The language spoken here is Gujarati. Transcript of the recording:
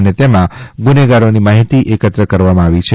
અને તેમાં ગુનેગારોની માહિતી એકત્ર કરવામાં આવી છે